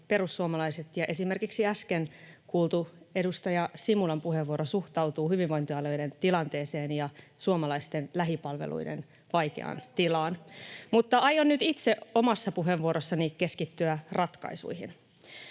perussuomalaiset ja esimerkiksi äsken kuultu edustaja Simula puheenvuorossaan suhtautuu hyvinvointialueiden tilanteeseen ja suomalaisten lähipalveluiden vaikeaan tilaan. [Jenna Simula: Eipäs oiota mutkia!] Mutta aion nyt itse omassa puheenvuorossani keskittyä ratkaisuihin.